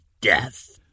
death